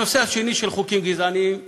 הנושא השני, חוקים גזעניים ואנטי-דמוקרטיים,